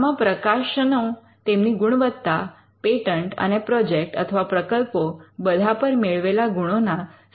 આમાં પ્રકાશનો તેમની ગુણવત્તા પેટન્ટ અને પ્રોજેક્ટ અથવા પ્રકલ્પો બધા પર મેળવેલા ગુણોના સંયુક્ત મપાણનો સમાવેશ થાય છે